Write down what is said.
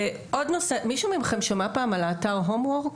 ועוד נושא, מישהו מכם שמע פעם על האתר הום וורק?